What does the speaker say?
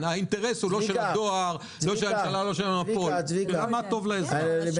האינטרס הוא לא של הדואר אלא מה טוב לאזרח.